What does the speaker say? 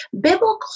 Biblical